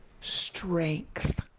strength